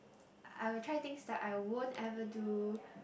I would try things that I won't ever do